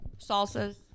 Salsas